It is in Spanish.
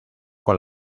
con